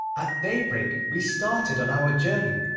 at daybreak we started on our journey.